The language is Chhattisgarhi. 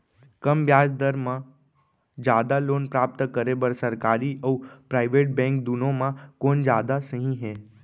कम ब्याज दर मा जादा लोन प्राप्त करे बर, सरकारी अऊ प्राइवेट बैंक दुनो मा कोन जादा सही हे?